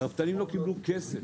הרפתנים לא קבלו כסף.